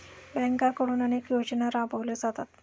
बँकांकडून अनेक योजना राबवल्या जातात